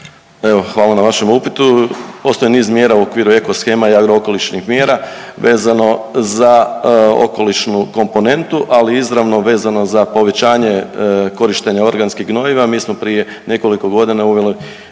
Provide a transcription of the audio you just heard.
hvala na vašem upitu. Postoji niz mjera u okviru eko shema, jadro okolišnih mjera vezano za okolišnu komponentu ali izravno vezano za povećanje korištenja organskih gnojiva. Mi smo prije nekoliko godina uveli